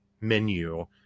menu